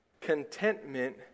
contentment